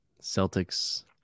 Celtics